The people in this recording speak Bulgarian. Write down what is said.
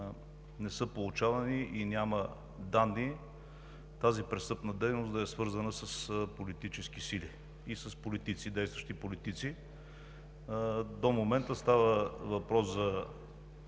не са получавани и няма данни тази престъпна дейност да е свързана с политически сили и с действащи политици. До момента става въпрос за